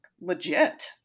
legit